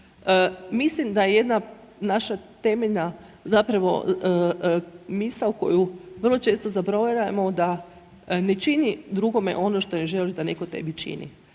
Mislim da jedna naša temeljna, zapravo misao koju vrlo često zaboravljamo da „Ne čini drugome ono što ne želiš da netko tebi čini.“.